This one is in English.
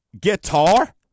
guitar